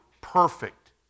perfect